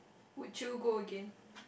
would you go again